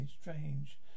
Strange